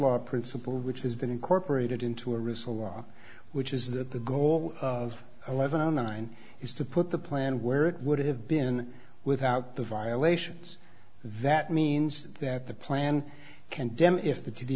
law principle which has been incorporated into a recital which is that the goal of eleven nine is to put the plan where it would have been without the violations that means that the plan condemn if the to the